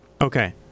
Okay